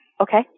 Okay